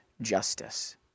justice